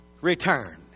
Return